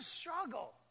struggle